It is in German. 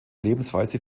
lebensweise